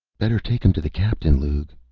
better take him to the captain, lugh,